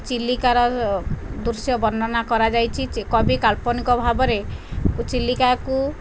ଚିଲିକାର ଦୃଶ୍ୟ ବର୍ଣ୍ଣନା କରାଯାଇଛି କବି କାଳ୍ପନିକ ଭାବରେ ଚିଲିକାକୁ